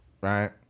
right